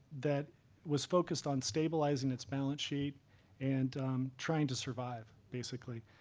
that was focused on stabilizing its balance sheet and trying to survive, basically.